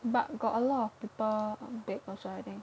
but got a lot of people bake also I think